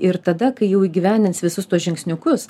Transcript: ir tada kai jau įgyvendins visus tuos žingsniukus